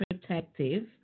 protective